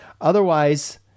Otherwise